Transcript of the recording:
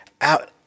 out